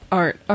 art